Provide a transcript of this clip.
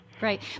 Right